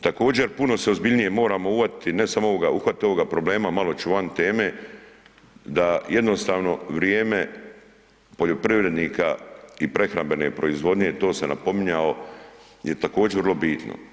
Također, puno se ozbiljnije moramo uvatiti ne samo ovoga, uhvatiti ovoga problema, malo ću van teme, da jednostavno vrijeme poljoprivrednika i prehrambene proizvodnje, to sam napominjao, je također vrlo bitno.